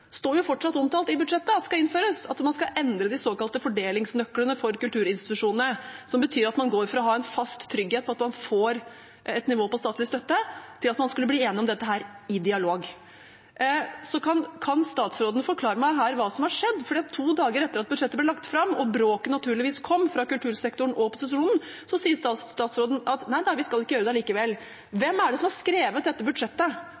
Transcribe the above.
står fortsatt omtalt i budsjettet at skal innføres, at man skal endre de såkalte fordelingsnøklene for kulturinstitusjonene, noe som betyr at man går fra å ha en fast trygghet for å få et nivå på statlig støtte, til at man skal bli enig om dette i dialog. Kan statsråden forklare meg hva som har skjedd her, for to dager etter at budsjettet ble lagt fram og bråket naturligvis kom fra kultursektoren og opposisjonen, sa statsråden at nei da, vi skal ikke gjøre det likevel. Hvem er det som har skrevet dette budsjettet?